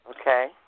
Okay